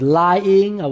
lying